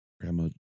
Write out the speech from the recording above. grandma